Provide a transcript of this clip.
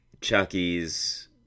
Chucky's